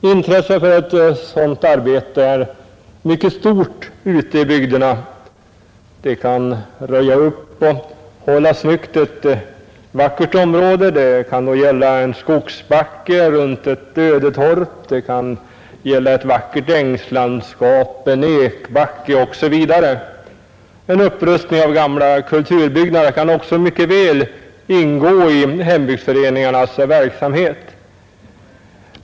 Intresset för detta arbete är mycket stort ute i bygderna. Det kan gälla att röja upp och hålla snyggt på ett vackert område — det kan vara en skogsbacke runt ett ödetorp, ett vackert ängslandskap, en ekbacke osv. En upprustning av gamla kulturbyggnader kan också mycket väl ingå i hembygdsföreningarnas verksamhet.